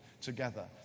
together